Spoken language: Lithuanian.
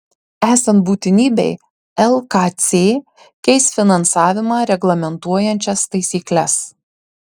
esant būtinybei lkc keis finansavimą reglamentuojančias taisykles